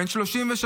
בן 33,